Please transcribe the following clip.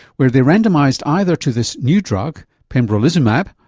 where they randomised either to this new drug, pembrolizumab,